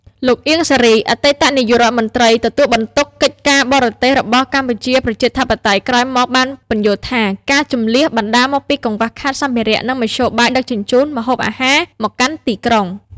លោក អៀង សារី អតីតនាយករដ្ឋមន្ត្រីទទួលបន្ទុកកិច្ចការបរទេសរបស់កម្ពុជាប្រជាធិបតេយ្យ ក្រោយមកបានពន្យល់ថា ការជម្លៀសបណ្តាលមកពីកង្វះខាតសម្ភារៈ និងមធ្យោបាយដឹកជញ្ជូនម្ហូបអាហារមកកាន់ទីក្រុង។